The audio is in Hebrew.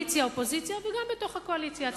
קואליציה-אופוזיציה וגם בתוך הקואליציה עצמה.